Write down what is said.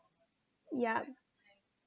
yup